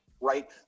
right